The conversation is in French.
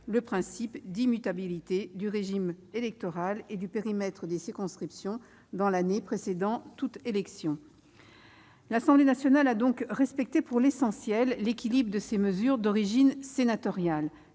le principe d'immutabilité du régime électoral et du périmètre des circonscriptions dans l'année précédant toute élection. L'Assemblée nationale a donc respecté pour l'essentiel l'équilibre de ces mesures d'origine sénatoriale.